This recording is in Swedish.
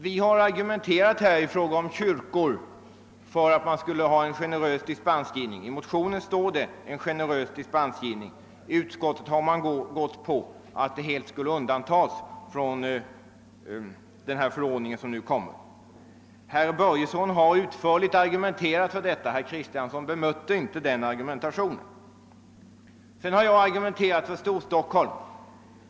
Vi har argumenterat här för att man skulle ha en generös dispensgivning i fråga om kyrkor. I motionen står det >generös dispensgivning>. I reservatio nen har man gått in för att kyrkliga samlingslokaler helt skulle undantas från bestämmelserna i den föreslagna förordningen. Herr Börjesson i Falköping har utförligt argumenterat för detta. Herr Kristenson bemötte inte den argumentationen. Vidare har jag argumenterat för Storstockholm.